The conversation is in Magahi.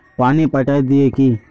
पानी पटाय दिये की?